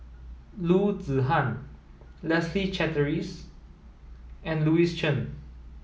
Loo Zihan Leslie Charteris and Louis Chen